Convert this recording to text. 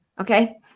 Okay